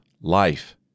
life